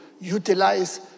utilize